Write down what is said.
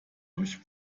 durch